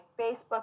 Facebook